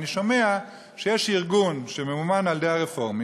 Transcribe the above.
ואני שומע שיש ארגון שממומן על-ידי הרפורמים